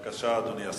בבקשה, אדוני השר.